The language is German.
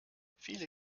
viele